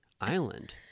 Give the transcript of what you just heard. island